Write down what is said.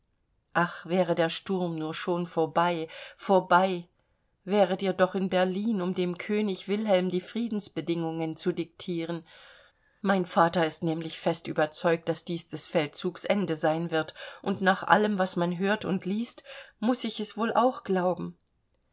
ach wäre der sturm nur schon vorbei vorbei wäret ihr doch in berlin um dem könig wilhelm die friedensbedingungen zu diktieren mein vater ist nämlich fest überzeugt daß dies des feldzugs ende sein wird und nach allem was man hört und liest muß ich es wohl auch glauben